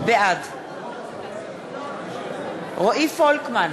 בעד רועי פולקמן,